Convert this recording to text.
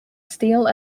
steel